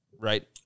right